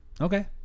Okay